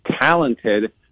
talented